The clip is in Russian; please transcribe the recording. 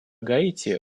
гаити